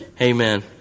Amen